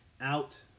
out